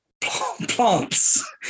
plants